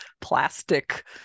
plastic